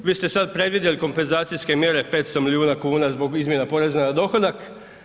Vi ste sad predvidjeli kompenzacijske mjere 500 milijuna kuna zbog izmjena poreza na dohodak.